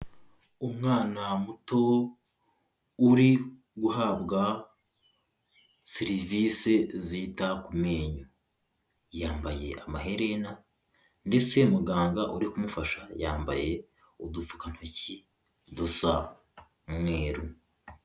Umwana muto uri guhabwa serivise zita ku menyo. Yambaye amaherena ndetse muganga uri kumufasha, yambaye udupfukantoki dusa umweru.